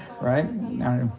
right